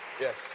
Yes